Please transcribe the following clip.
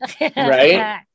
Right